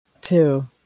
two